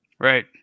Right